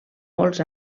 molts